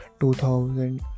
2000